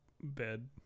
Bed